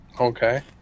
Okay